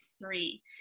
three